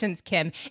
Kim